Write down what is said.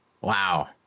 Wow